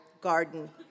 garden